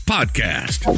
podcast